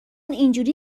اینجوری